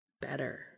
Better